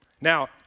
Now